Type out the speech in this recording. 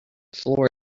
floor